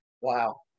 Wow